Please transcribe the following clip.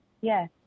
yes